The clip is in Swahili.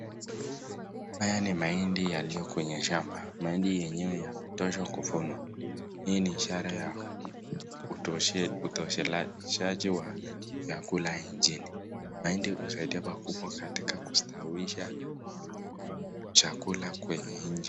Haya ni mahindi yaliyo kwenye shamba mahindi yenyewe yametosha kuvunwa hii ni ishara ya utosheleshaji wa vyakula nchini, mahindi husaidia pakubwa katika kustawisha chakula kwenye nchi.